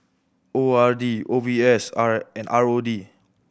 O R D O B S R and R O D